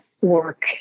work